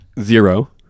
zero